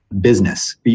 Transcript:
business